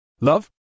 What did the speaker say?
Love